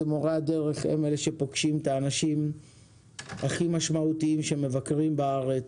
מורי הדרך הם אלה שפוגשים את האנשים הכי משמעותיים שמבקרים בארץ,